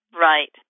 right